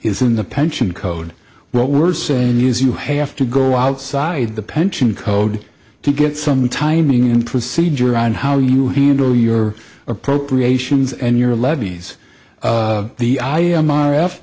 in the pension code what we're saying is you have to go outside the pension code to get some timing and procedure on how you handle your appropriations and your levies the i